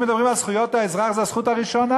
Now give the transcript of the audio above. אם מדברים על זכויות האזרח, זו הזכות הראשונה: